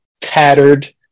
tattered